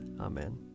Amen